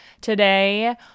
today